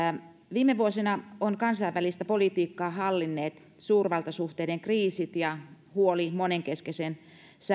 viime vuosina ovat kansainvälistä politiikkaa hallinneet suurvaltasuhteiden kriisit ja huoli monenkeskisen